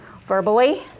Verbally